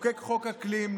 לחוקק חוק אקלים,